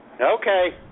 Okay